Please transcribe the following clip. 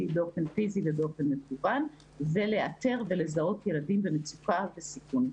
באופן פיזי ובאופן מקוון ולאתר ולזהות ילדים במצוקה וסיכון.